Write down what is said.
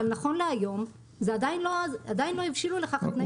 אבל נכון להיום זה עדיין לא הבשילו לכך התנאים.